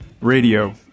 Radio